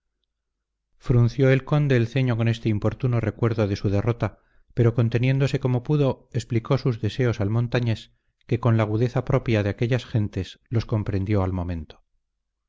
frunció el conde el ceño con este importuno recuerdo de su derrota pero conteniéndose como pudo explicó sus deseos al montañés que con la agudeza propia de aquellas gentes los comprendió al momento